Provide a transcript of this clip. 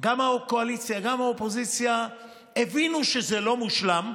גם הקואליציה וגם האופוזיציה הבינו שזה לא מושלם,